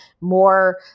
more